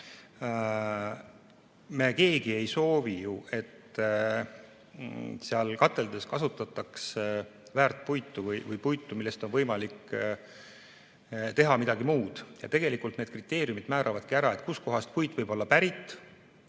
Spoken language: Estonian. me keegi ei soovi ju, et seal kateldes kasutataks väärt puitu, puitu, millest on võimalik teha midagi muud. Ja tegelikult need kriteeriumid määravadki, kust kohast puit võib pärit